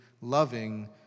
loving